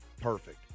perfect